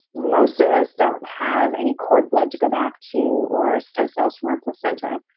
most of us don't have any cord blood to go back to or stem cells from our placenta.